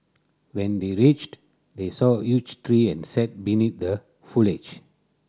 when they reached they saw a huge tree and sat beneath the foliage